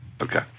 Okay